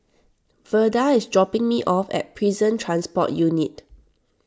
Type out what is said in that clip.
Verda is dropping me off at Prison Transport Unit